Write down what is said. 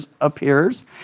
appears